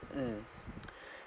mm